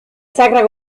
sacra